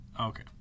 Okay